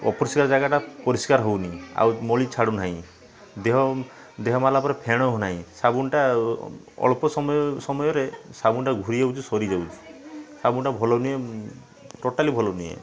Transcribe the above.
ଅପରିଷ୍କାର ଜାଗାଟା ପରିଷ୍କାର ହେଉନି ଆଉ ମଳି ଛାଡ଼ୁ ନାହିଁ ଦେହ ଦେହ ମାରିଲା ପରେ ଫେଣ ହେଉ ନାହିଁ ସାବୁନଟା ଅଳ୍ପ ସମୟ ସମୟରେ ସାବୁନଟା ଘୋରି ଯାଉଛି ସରି ଯାଉଛି ସାବୁନଟା ଭଲ ନୁହେଁ ଟୋଟାଲି ଭଲ ନୁହେଁ